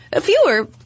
fewer